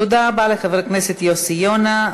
תודה רבה לחבר הכנסת יוסי יונה.